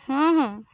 ହଁ ହଁ